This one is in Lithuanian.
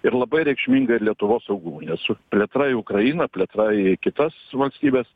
ir labai reikšmingą lietuvos saugumui su plėtra į ukrainą plėtra į kitas valstybes